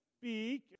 speak